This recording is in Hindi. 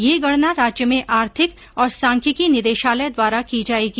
यह गणना राज्य में आर्थिक और सांख्यिकी निदेशालय द्वारा की जाएगी